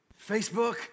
Facebook